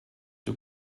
too